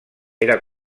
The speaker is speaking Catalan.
era